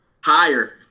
Higher